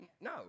No